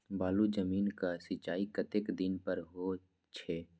बालू जमीन क सीचाई कतेक दिन पर हो छे?